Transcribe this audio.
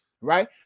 Right